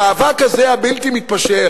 המאבק הזה, הבלתי-מתפשר,